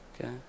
okay